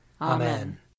Amen